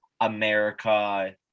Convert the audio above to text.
america